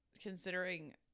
considering